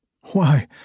Why